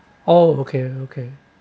oh okay okay